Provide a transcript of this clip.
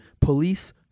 police